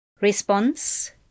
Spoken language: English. Response